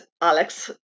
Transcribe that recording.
Alex